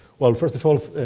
well, first of all,